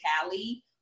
Cali